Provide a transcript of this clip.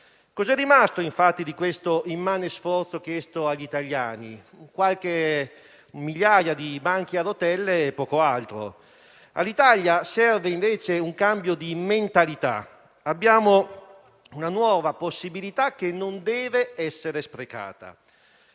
Cosa è rimasto, infatti, di questo immane sforzo chiesto agli italiani? Qualche migliaia di banchi a rotelle e poco altro. All'Italia serve invece un cambio di mentalità e abbiamo una nuova possibilità che non deve essere sprecata.